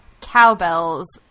Cowbells